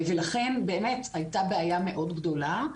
ולכן, היתה באמת בעיה מאוד גדולה.